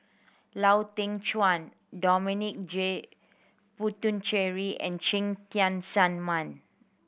Lau Teng Chuan Dominic J Puthucheary and Cheng Tian Sun Man